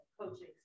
coaching